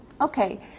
Okay